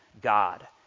God